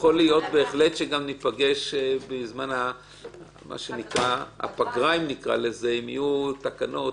יכול להיות בהחלט שגם נפגש בזמן הפגרה אם יהיו תקנות,